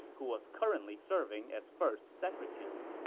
who was currently serving as first secretary